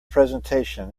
presentation